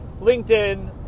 LinkedIn